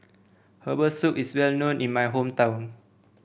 Herbal Soup is well known in my hometown